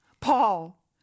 Paul